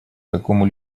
какому